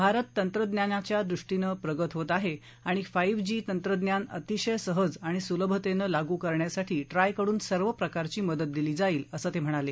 भारत तंत्रज्ञानाच्या दृष्टीनं प्रगत होत आहे आणि फाईव्ह जी तंत्रज्ञान अतिशय सहज आणि सुलभतेनं लागू करण्यासाठी ट्रायकडून सर्व प्रकारची मदत दिली जाईल असं ते म्हणाले